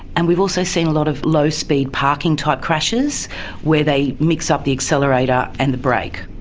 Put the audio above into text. and we've also seen a lot of low-speed parking type crashes where they mix up the accelerator and the brake.